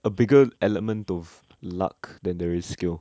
a bigger element of luck than there is skill